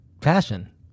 Passion